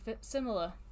similar